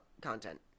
content